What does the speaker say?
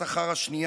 שמפעילות גם את הראש.